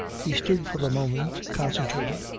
he stood for a moment, concentrated,